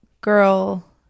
girl